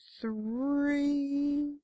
three